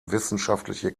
wissenschaftliche